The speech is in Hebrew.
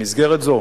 במסגרת זו